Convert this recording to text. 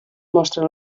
mostren